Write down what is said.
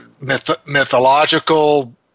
mythological